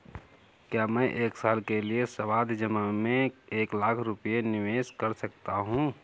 क्या मैं एक साल के लिए सावधि जमा में एक लाख रुपये निवेश कर सकता हूँ?